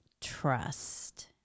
trust